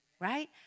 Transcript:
right